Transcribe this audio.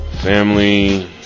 family